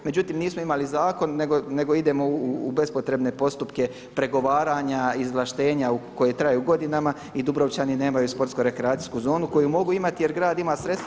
Međutim, nismo imali zakon, nego idemo u bespotrebne postupke pregovaranja, izvlaštenja koje traje godinama i Dubrovčani nemaju športsko-rekreacijsku zonu koju mogu imati jer grad ima sredstva.